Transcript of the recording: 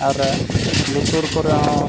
ᱟᱨ ᱞᱩᱛᱩᱨ ᱠᱚᱨᱮ ᱦᱚᱸ